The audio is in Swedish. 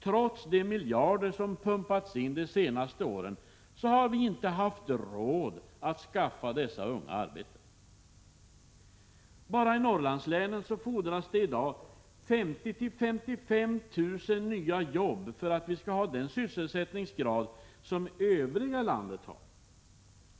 Trots de miljarder som pumpats in de senaste åren har vi inte haft råd att skaffa dessa unga ett arbete. Bara i Norrlandslänen fordras det i dag 50 000-55 000 nya jobb för att vi skall ha den sysselsättningsgrad som övriga landet har.